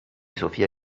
sofia